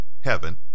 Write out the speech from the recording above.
heaven